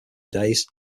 days